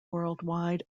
worldwide